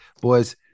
Boys